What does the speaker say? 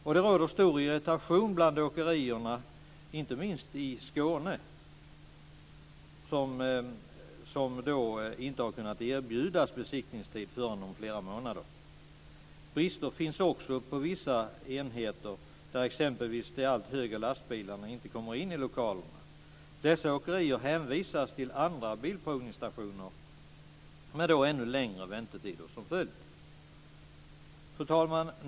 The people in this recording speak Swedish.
Det har varit stor irritation bland åkerierna, inte minst i Skåne, som inte har kunnat erbjudas besiktningstid förrän om flera månader. Brister finns också på vissa enheter där exempelvis de allt högre lastbilarna inte kommer in i lokalerna. Dessa åkerier hänvisas till andra bilprovningsstationer, med ännu längre väntetider som följd. Fru talman!